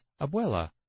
Abuela